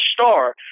star